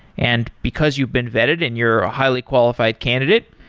and because you've been vetted and you're a highly qualified candidate,